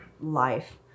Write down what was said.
life